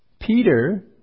Peter